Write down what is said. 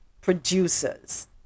producers